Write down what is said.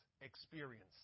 experience